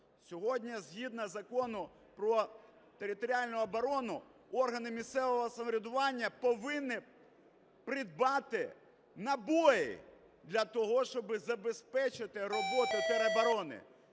Сьогодні згідно Закону про територіальну оборону органи місцевого самоврядування повинні придбати набої для того, щоби забезпечити роботу тероборони.